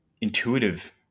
intuitive